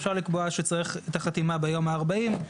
אפשר לקבוע שצריך את החתימה ביום ה-40,